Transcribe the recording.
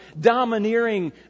domineering